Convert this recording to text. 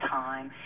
time